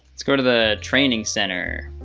let's go to the training center.